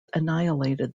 annihilated